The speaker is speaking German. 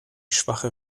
schwache